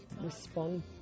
respond